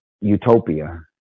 utopia